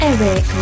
Eric